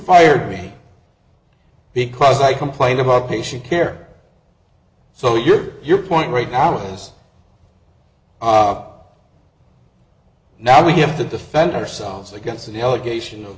fired me because i complained about patient care so your point right now is now we have to defend ourselves against an allegation of